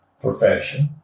profession